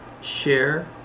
share